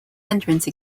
entrance